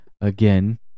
again